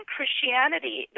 Christianity